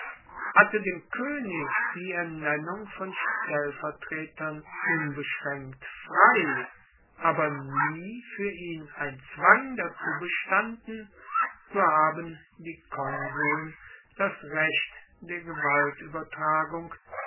hatte dem koenig die ernennung von stellvertretern unbeschraenkt frei aber nie fuer ihn ein zwang dazu bestanden so haben die konsuln das recht der